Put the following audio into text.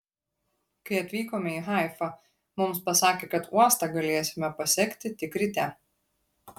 kai atvykome į haifą mums pasakė kad uostą galėsime pasekti tik ryte